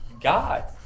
God